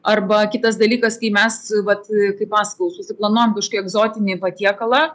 arba kitas dalykas kai mes vat kaip pasakojau susiplanuojam kažkokį egzotinį patiekalą